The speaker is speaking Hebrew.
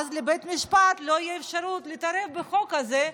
ואז לבית המשפט לא תהיה אפשרות להתערב בחוק הזה,